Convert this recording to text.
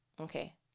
okay